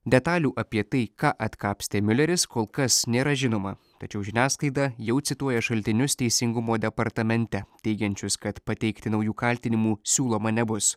detalių apie tai ką atkapstė miuleris kol kas nėra žinoma tačiau žiniasklaida jau cituoja šaltinius teisingumo departamente teigiančius kad pateikti naujų kaltinimų siūloma nebus